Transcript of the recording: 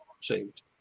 saved